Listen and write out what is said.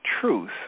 truth